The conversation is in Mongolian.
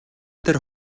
тэр